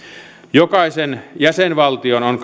jokaisen jäsenvaltion on